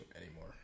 anymore